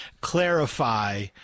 clarify